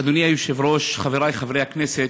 אדוני היושב-ראש, חברי חברי הכנסת,